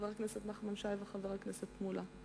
חבר הכנסת נחמן שי וחבר הכנסת מולה.